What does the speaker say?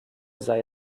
sei